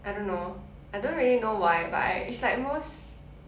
I don't know I don't really know why but I it's like most